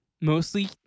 mostly